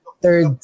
Third